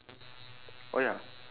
oh ya